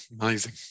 amazing